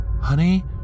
Honey